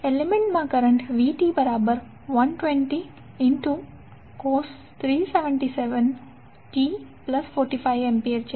એલીમેંટમાં current vt120 cos 377t45° ampere છે